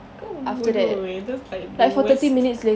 kau bodoh eh that's like the worst